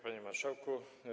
Panie Marszałku!